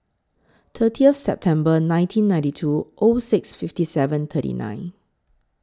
thirtieth September nineteen ninety two O six fifty seven thirty nine